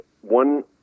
one